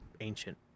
ancient